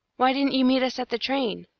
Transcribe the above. why didn't you meet us at the train?